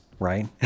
right